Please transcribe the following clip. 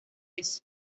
eso